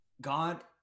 God